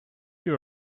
you